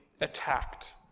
attacked